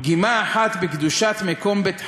פגימה אחת בקדושת מקום בית חיינו,